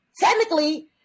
technically